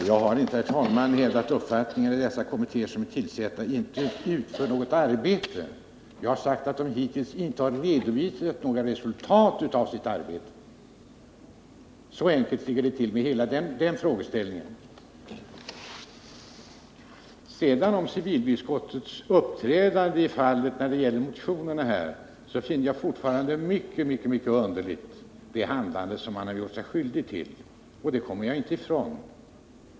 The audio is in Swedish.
Herr talman! Jag har inte hävdat den uppfattningen att de kommittéer som är tillsatta inte utför något arbete. Jag har sagt att de hittills inte har redovisat något resultat av sitt arbete. Så enkelt ligger det till. Civilutskottets behandling av motionerna finner jag fortfarande mycket underlig. Det kommer jag inte ifrån.